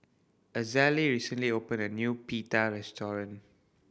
Azalee recently opened a new Pita restaurant